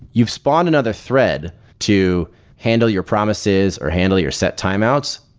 you've spawned another thread to handle your promises or handle your set timeout,